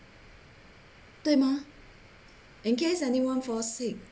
对吗 in case anyone fall sick